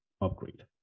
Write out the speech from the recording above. upgrade